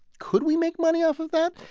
could we make money off of that?